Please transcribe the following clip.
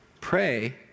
Pray